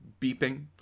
beeping